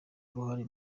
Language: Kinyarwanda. uruhare